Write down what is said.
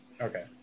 Okay